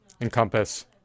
Encompass